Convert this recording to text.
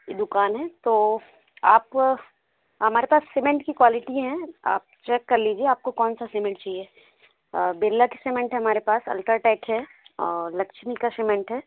यह दुकान है तो आप हमारे पास सीमेंट की क्वालिटी हैं आप चेक कर लीजिए आपको कौन सा सीमेंट चाहिए बिरला की सीमेंट है हमारे पास अल्ट्राटेक है और लक्ष्मी का सीमेंट है